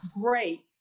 Great